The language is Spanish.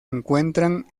encuentran